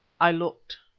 i looked.